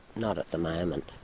not at the moment,